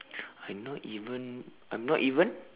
I'm not even I'm not even